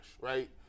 right